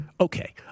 Okay